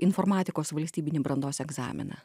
informatikos valstybinį brandos egzaminą